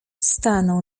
stanął